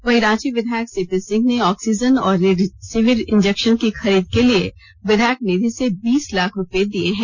वहीं रांची विधायक सीपी सिंह ने ऑक्सीजन और रेमडेशिविर इंजेक्शन की खरीद के लिए विधायक निधि से बीस लाख रुपये दिए हैं